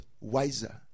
wiser